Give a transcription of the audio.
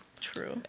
True